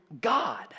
God